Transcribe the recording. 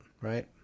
right